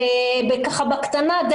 בקטנה,